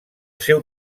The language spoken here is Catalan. seu